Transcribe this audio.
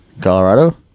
Colorado